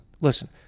Listen